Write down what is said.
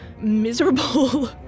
miserable